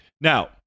now